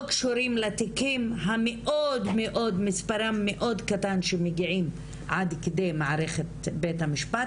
לא קשורים לתיקים שמספרם מאוד קטן שמגיעים עד כדי מערכת בית המשפט,